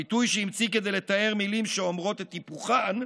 הביטוי שהמציא כדי לתאר מילים שאומרות את היפוכן,